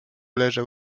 leżał